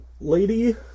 lady